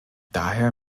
daher